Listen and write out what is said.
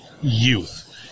youth